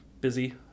busy